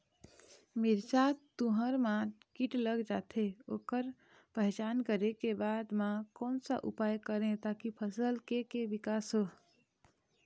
मिर्ची, तुंहर मा कीट लग जाथे ओकर पहचान करें के बाद मा कोन सा उपाय करें ताकि फसल के के विकास हो?